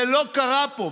זה לא קרה פה.